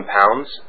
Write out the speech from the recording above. pounds